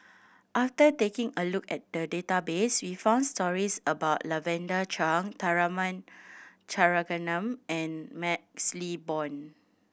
after taking a look at the database we found stories about Lavender Chang Tharman Shanmugaratnam and MaxLe Blond